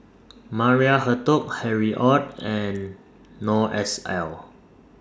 Maria Hertogh Harry ORD and Noor S L